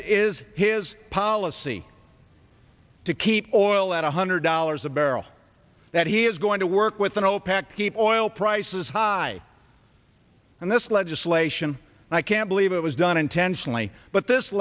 is his policy to keep oil at one hundred dollars a barrel that he is going to work within opec to keep oil prices high and this legislation i can't believe it was done intentionally but this